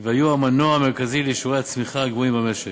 והיו המנוע המרכזי לשיעורי הצמיחה הגבוהים במשק.